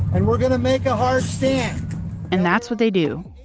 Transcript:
and we're going to make a hard stand and that's what they do.